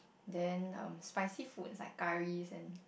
then um spicy food is like curry and